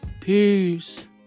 Peace